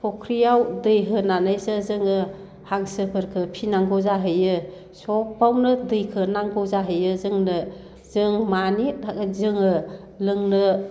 फुख्रियाव दै होनानैसो जोङो हांसोफोरखो फिनांगौ जाहैयो सबावनो दैखो नांगौ जाहैयो जोंनो जों मानि जोङो लोंनोब्लाबो